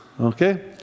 okay